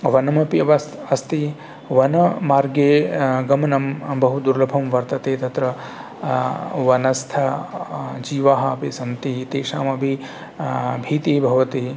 वनमपि अस्ति वनमार्गे गमनं बहुदुर्लभं वर्तते तत्र वनस्थ जीवाः अपि सन्ति तेषामपि भीतिः भवति